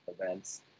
events